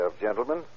gentlemen